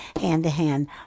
hand-to-hand